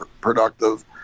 productive